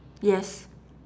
yes